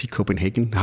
Copenhagen